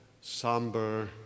somber